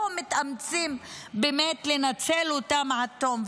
לא מתאמצים באמת לנצל אותם עד תום.